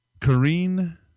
Kareen